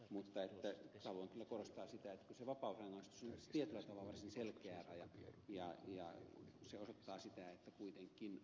mutta haluan kyllä korostaa sitä että kyllä se vapausrangaistus tietyllä tavalla on varsin selkeä raja ja se osoittaa sen että kuitenkin kun on tahallisesta rikoksesta kyse sillä on myös relevanssia